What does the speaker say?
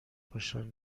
باشن